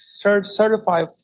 certified